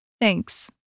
Thanks